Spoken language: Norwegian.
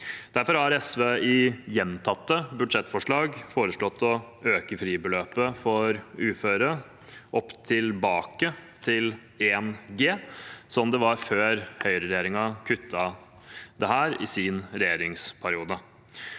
Derfor har SV i gjentatte budsjettforslag foreslått å øke fribeløpet for uføre tilbake til 1 G, slik det var før høyreregjeringen kuttet dette i sin regjeringsperiode.